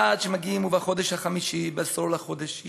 עד שמגיעים: "ובחֹדש החמישי בעשור לחֹדש היא